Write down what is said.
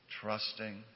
trusting